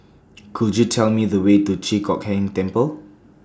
Could YOU Tell Me The Way to Chi Hock Keng Temple